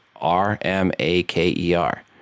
R-M-A-K-E-R